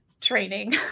training